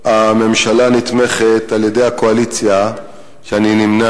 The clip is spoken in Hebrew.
הממשלה הנתמכת על-ידי הקואליציה שאני נמנה,